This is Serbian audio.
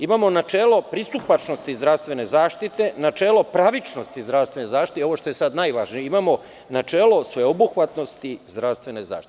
Imamo načelo pristupačnosti zdravstvene zaštite, načelo pravičnosti zdravstvene zaštite i ovo što je sada najvažnije imamo načelo sveobuhvatnosti zdravstvene zaštite.